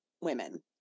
women